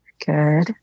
Good